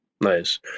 Nice